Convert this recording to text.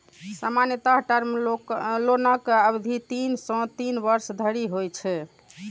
सामान्यतः टर्म लोनक अवधि तीन सं तीन वर्ष धरि होइ छै